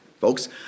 folks